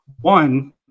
one